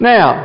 Now